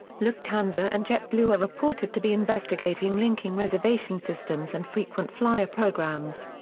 lufthansa and jetblue are reported to be investigating linking reservation systems and frequent flyer programs.